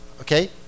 okay